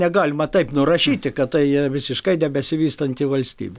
negalima taip nurašyti kad tai visiškai nebesivystanti valstybė